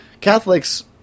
Catholics